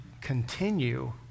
continue